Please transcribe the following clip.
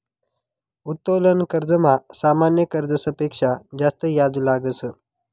उत्तोलन कर्जमा सामान्य कर्जस पेक्शा जास्त याज लागस